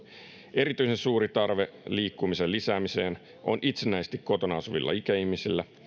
erityisen suuri tarve liikkumisen lisäämiseen on itsenäisesti kotona asuvilla ikäihmisillä